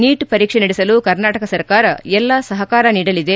neat ಪರೀಕ್ಷೆ ನಡೆಸಲು ಕರ್ನಾಟಕ ಸರ್ಕಾರ ಎಲ್ಲಾ ಸಹಕಾರ ನೀಡಲಿದೆ